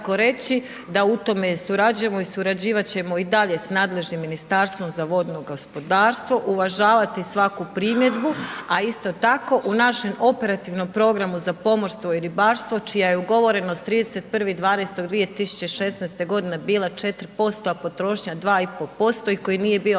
da u tome surađujemo i surađivat ćemo i dalje s nadležnim Ministarstvom za vodno gospodarstvo, uvažavati svaku primjedbu, a isto tako u našem operativnom programu za pomorstvo i ribarstvo čija je ugovorenost 31.12.2016.g. bila 4%, a potrošnja 2,5% i koji nije bio akreditiran,